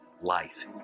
life